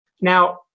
Now